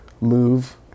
move